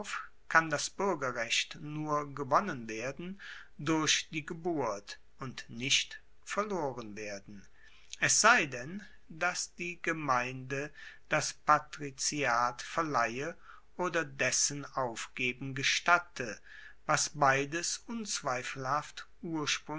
kann das buergerrecht nur gewonnen werden durch die geburt und nicht verloren werden es sei denn dass die gemeinde das patriziat verleihe oder dessen aufgeben gestatte was beides unzweifelhaft